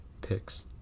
picks